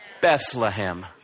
Bethlehem